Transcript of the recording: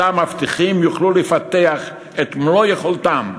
מבטיחים יוכלו לפתח את מלוא יכולתם בביתם,